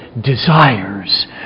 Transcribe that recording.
desires